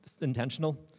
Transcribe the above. intentional